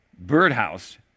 birdhouse